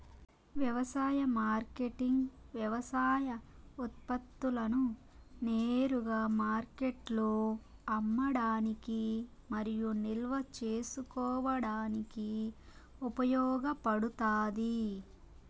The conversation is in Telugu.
వ్యవసాయ మార్కెటింగ్ వ్యవసాయ ఉత్పత్తులను నేరుగా మార్కెట్లో అమ్మడానికి మరియు నిల్వ చేసుకోవడానికి ఉపయోగపడుతాది